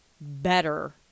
better